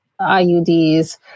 IUDs